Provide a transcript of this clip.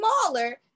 smaller